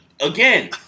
Again